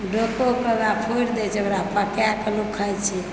डोकाकऽ ओएह फोरि दए छै ओकरा पकाए कऽ लोक खाए छै